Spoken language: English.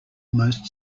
most